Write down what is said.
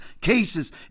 cases